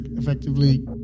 effectively